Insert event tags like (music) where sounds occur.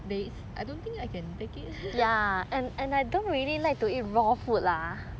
days I don't think I can take it (laughs)